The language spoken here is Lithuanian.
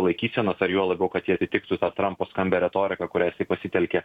laikysenos ar juo labiau kad ji atitiktų tą trampo skambią retoriką kurią pasitelkė